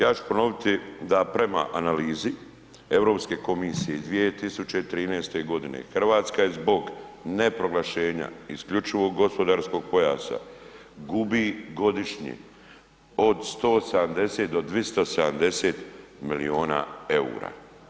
Ja ću ponoviti da prema analizi Europske komisije iz 2013. godine Hrvatska je zbog ne proglašenja isključivog gospodarskog pojasa gubi godišnje od 170 do 270 miliona EUR-a.